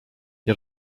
nie